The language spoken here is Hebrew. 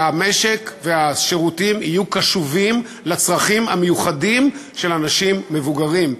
שהמשק והשירותים יהיו קשובים לצרכים המיוחדים של אנשים מבוגרים,